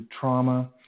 trauma